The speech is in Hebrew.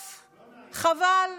tough, חבל.